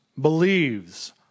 believes